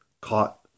caught